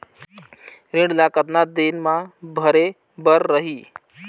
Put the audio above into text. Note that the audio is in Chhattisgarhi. ऋण ला कतना दिन मा भरे बर रही?